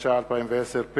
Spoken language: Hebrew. התש"ע 2010,